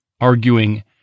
arguing